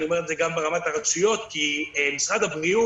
אני מוכן לעבור שוב על הדוח,